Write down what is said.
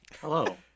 Hello